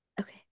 Okay